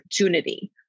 opportunity